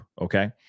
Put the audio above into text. okay